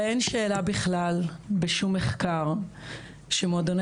הרי אין שאלה בכלל בשום מחקר שמועדוני